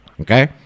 okay